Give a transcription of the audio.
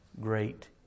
great